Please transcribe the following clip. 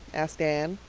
asked anne.